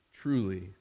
truly